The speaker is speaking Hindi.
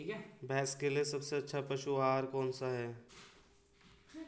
भैंस के लिए सबसे अच्छा पशु आहार कौनसा है?